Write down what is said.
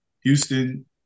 Houston